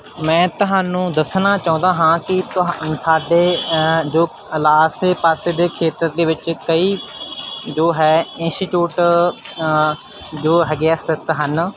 ਮੈਂ ਤੁਹਾਨੂੰ ਦੱਸਣਾ ਚਾਹੁੰਦਾ ਹਾਂ ਕਿ ਤੁਹਾਨੂੰ ਸਾਡੇ ਜੋ ਅਲ ਆਸੇ ਪਾਸੇ ਦੇ ਖੇਤਰ ਦੇ ਵਿੱਚ ਕਈ ਜੋ ਹੈ ਇੰਸਟੀਟਿਊਟ ਜੋ ਹੈਗੇ ਆ ਸਥਿਤ ਹਨ